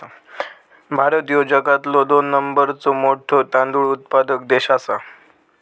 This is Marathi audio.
भारत ह्यो जगातलो दोन नंबरचो मोठो तांदूळ उत्पादक देश आसा